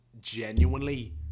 genuinely